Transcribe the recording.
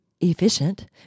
efficient